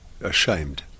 ashamed